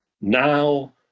now